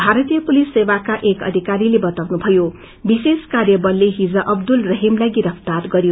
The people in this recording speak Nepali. भारीतय पुलिस सेवाक्वा एक अधिकरीले बताउनुभयो विश्रेष कार्यवलले हिज अस्टुल रहीमलाई गिरफ्तार गर्यो